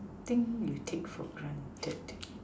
thing you take for granted